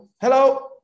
Hello